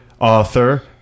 Author